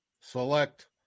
select